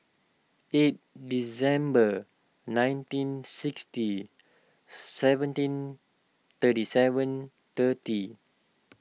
eight December nineteen sixty seventeen thirty seven thirty